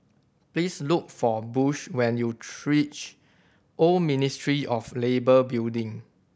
please look for Bush when you reach Old Ministry of Labour Building